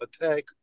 attack